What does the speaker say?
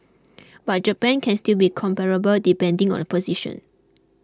but Japan can still be comparable depending on the position